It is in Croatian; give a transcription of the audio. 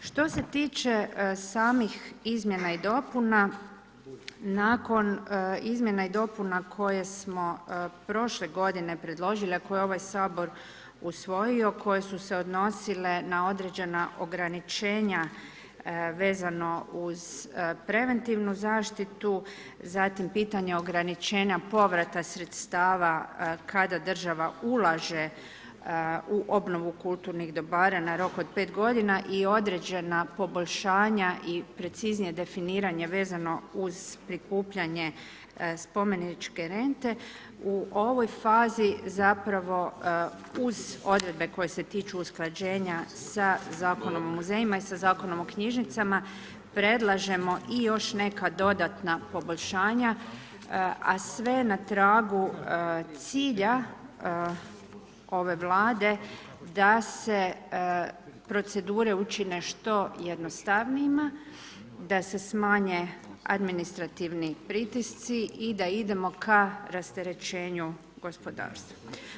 Što se tiče samih izmjena i dopuna, nakon izmjena i dopuna koje smo prošle godine predložili a koje je ovaj Sabor usvojio, koje su se odnosile na određena ograničenja vezano uz preventivnu zaštitu, zatim pitanje ograničenja povrata sredstava kada država ulaže u obnovu kulturnih dobara na rok od 5 g. i određena poboljšanja i preciznije definiranje vezano uz prikupljanje spomeničke rente, u ovoj fazi zapravo uz odredbe koje se tiču usklađenja sa Zakonom o muzejima i Zakonom o knjižnicama, predlažemo i još neka dodatna poboljšanja a sve na tragu cilja ove Vlade da se procedure učine što jednostavnijima, da se smanje administrativni pritisci i da idemo ka rasterećenju gospodarstva.